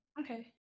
Okay